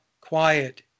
quiet